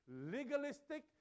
legalistic